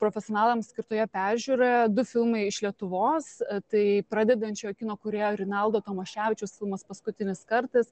profesionalams skirtoje peržiūroje du filmai iš lietuvos tai pradedančio kino kūrėjo rinaldo tamoševičius filmas paskutinis kartas